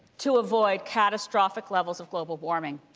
to avoid catastrophic levels of global warming,